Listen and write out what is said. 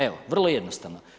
Evo, vrlo jednostavno.